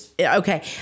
Okay